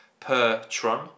Pertron